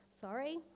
Sorry